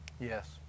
Yes